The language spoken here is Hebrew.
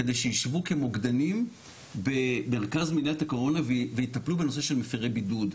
כדי שישבו כמוקדנים במרכז מניעת הקורונה ויטפלו בנושא של מפרי בידוד.